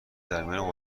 درمیان